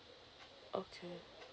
okay